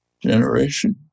generation